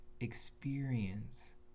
experience